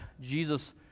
Jesus